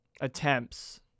attempts